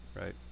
Right